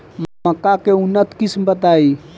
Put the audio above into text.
मक्का के उन्नत किस्म बताई?